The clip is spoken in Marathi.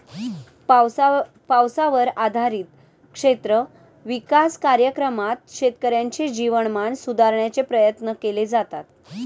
पावसावर आधारित क्षेत्र विकास कार्यक्रमात शेतकऱ्यांचे जीवनमान सुधारण्याचे प्रयत्न केले जातात